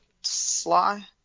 Sly